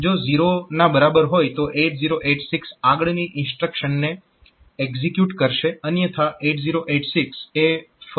જો 0 ના બરાબર હોય તો 8086 આગળની ઇન્સ્ટ્રક્શનને એકઝીક્યુટ કરશે અન્યથા 8086 એ ફરી લેબલ START પર જશે